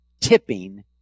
tipping